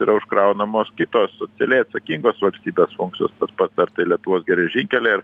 yra užkraunamos kitos socialiai atsakingos valstybės funkcijos tas pats ar tai lietuvos geležinkeliai ar